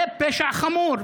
זה פשע חמור.